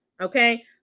Okay